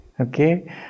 Okay